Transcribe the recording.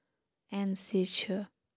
N سی چھِ